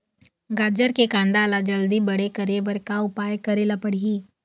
गाजर के कांदा ला जल्दी बड़े करे बर का उपाय करेला पढ़िही?